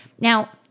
Now